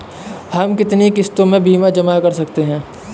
हम कितनी किश्तों में बीमा जमा कर सकते हैं?